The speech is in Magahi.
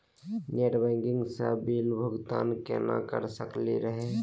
नेट बैंकिंग स बिल भुगतान केना कर सकली हे?